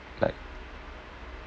like